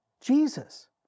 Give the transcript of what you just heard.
Jesus